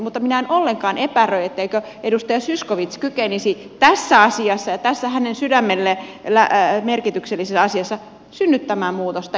mutta minä en ollenkaan epäröi etteikö edustaja zyskowicz kykenisi tässä asiassa ja tässä hänen sydämelleen merkityksellisessä asiassa synnyttämään muutosta